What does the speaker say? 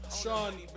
Sean